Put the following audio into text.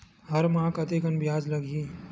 हर माह कतेकन ब्याज लगही?